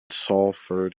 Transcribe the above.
salford